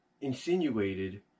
insinuated